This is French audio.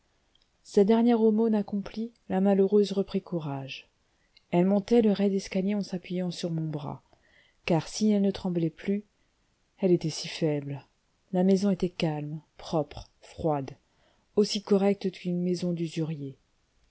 sa dernière aumône accomplie la malheureuse reprit courage elle montait le raide escalier en s'appuyant sur mon bras car si elle ne tremblait plus elle était si faible la maison était calme propre froide aussi correcte qu'une maison d'usurier